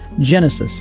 Genesis